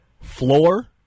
floor